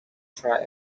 thrive